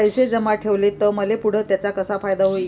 पैसे जमा ठेवले त मले पुढं त्याचा कसा फायदा होईन?